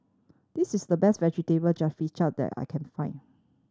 this is the best Vegetable Jalfrezi that I can find